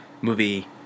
movie